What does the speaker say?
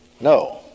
No